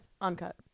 uncut